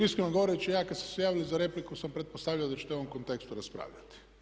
I iskreno govoreći ja kada ste se javili za repliku sam pretpostavio da ćete u ovom kontekstu raspravljati.